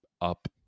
up